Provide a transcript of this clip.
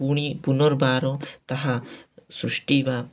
ପୁଣି ପୁନର୍ବାର ତାହା ସୃଷ୍ଟି ବା